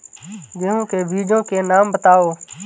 गेहूँ के बीजों के नाम बताओ?